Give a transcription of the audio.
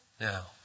Now